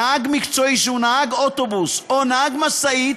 נהג מקצועי שהוא נהג אוטובוס או נהג משאית.